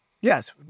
Yes